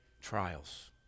trials